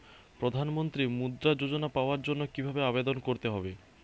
প্রধান মন্ত্রী মুদ্রা যোজনা পাওয়ার জন্য কিভাবে আবেদন করতে হবে?